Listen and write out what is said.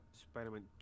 Spider-Man